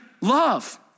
love